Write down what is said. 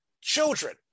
children